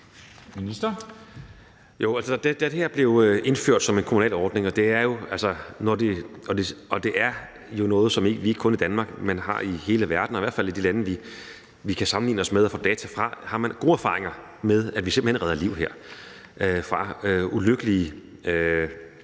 Det her blev indført som en kommunal ordning – og det er jo noget, som vi ikke kun har i Danmark, men i hele verden. Og i hvert fald i de lande, som vi kan sammenligne os med og få data fra, har man gode erfaringer med, at vi simpelt hen redder liv her – fra ulykkelige